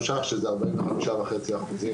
שזה 45.5%,